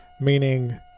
meaning